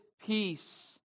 peace